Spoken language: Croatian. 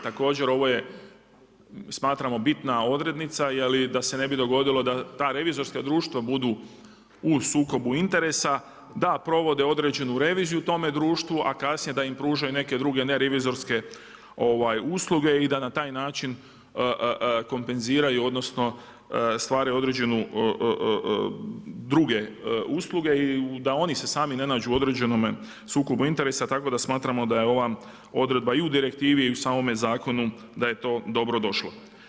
Također ovo je, smatramo bitna odrednica da se ne bi dogodilo da ta revizorska društva budu u sukobu interesa, da provode određenu reviziju u tome društvu a kasnije da im pružaju neke druge nerevizorske usluge i da na taj način kompenziraju odnosno stvaraju određene druge usluge i da oni se sami ne nađu u određenome sukobu interesa tako da smatramo da je ova odredba i u direktivi i u samome zakonu da je to dobro došlo.